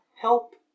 help